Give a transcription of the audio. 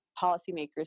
policymakers